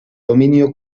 dominio